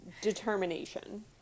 determination